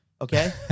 Okay